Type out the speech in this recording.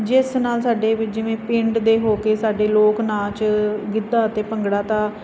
ਜਿਸ ਨਾਲ ਸਾਡੇ ਜਿਵੇਂ ਪਿੰਡ ਦੇ ਹੋ ਕੇ ਸਾਡੇ ਲੋਕ ਨਾਚ ਗਿੱਧਾ ਤੇ ਭੰਗੜਾ ਤਾਂ